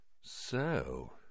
So